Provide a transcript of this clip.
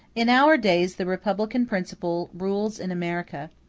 in our days the republican principle rules in america,